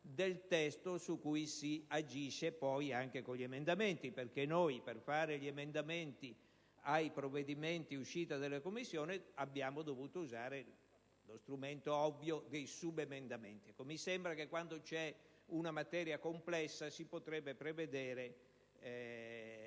del testo, su cui si agisce poi anche con emendamenti. Infatti, per formulare gli emendamenti ai provvedimenti usciti dalla Commissione dobbiamo usare lo strumento ovvio dei subemendamenti. Mi sembra che quando c'è una materia complessa si potrebbe prevedere,